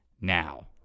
now